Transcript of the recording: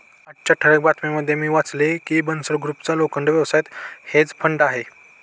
आजच्या ठळक बातम्यांमध्ये मी वाचले की बन्सल ग्रुपचा लोखंड व्यवसायात हेज फंड आहे